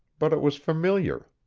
but it was familiar.